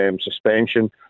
suspension